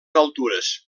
altures